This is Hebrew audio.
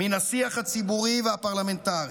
מן השיח הציבורי והפרלמנטרי.